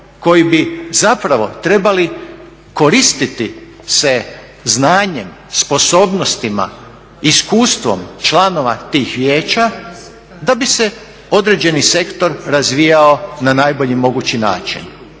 koji bi zapravo trebali koristiti se znanjem, sposobnostima, iskustvom, članova tih vijeća da bi se određeni sektor razvijao na najbolji mogući način.